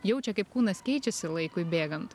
jaučia kaip kūnas keičiasi laikui bėgant